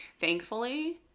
Thankfully